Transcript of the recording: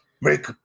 make